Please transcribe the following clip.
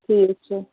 ٹھیٖک چھِ